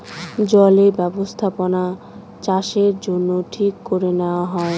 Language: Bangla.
জলে বস্থাপনাচাষের জন্য ঠিক করে নেওয়া হয়